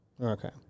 Okay